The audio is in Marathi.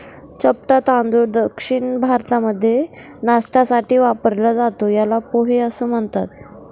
चपटा तांदूळ दक्षिण भारतामध्ये नाष्ट्यासाठी वापरला जातो, याला पोहे असं म्हणतात